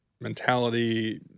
mentality